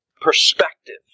Perspective